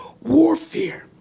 warfare